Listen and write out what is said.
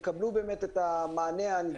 ויקבלו, באמת, את המענה הנדרש.